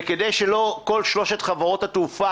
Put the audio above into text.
וכדי שלא יקרסו כל שלוש חברות התעופה,